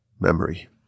memory